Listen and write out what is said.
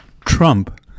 Trump